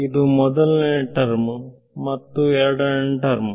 ಇದು ಮೊದಲನೇ ಟರ್ಮ್ ಮತ್ತು ಎರಡನೇ ಟರ್ಮ್